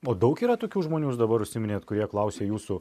o daug yra tokių žmonių jūs dabar užsiiminėt kurie klausia jūsų